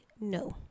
no